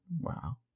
Wow